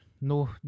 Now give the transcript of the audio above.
no